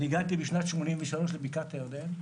אני הגעתי בשנת 1983 לבקעת הירדן,